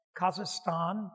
Kazakhstan